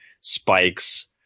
spikes